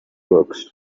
books